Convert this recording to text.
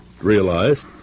realized